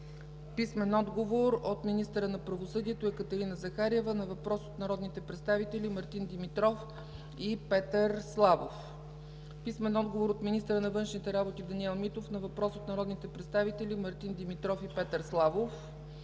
Петър Славов; - министъра на правосъдието Екатерина Захариева на въпрос от народните представители Мартин Димитров и Петър Славов; - министъра на външните работи Даниел Митов на въпрос от народните представители Мартин Димитров и Петър Славов;